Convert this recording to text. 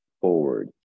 forward